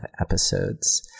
episodes